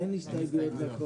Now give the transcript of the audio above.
אין הסתייגויות.